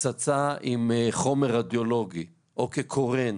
פצצה עם חומר רדיולוגי, קורן,